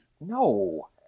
no